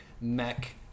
mech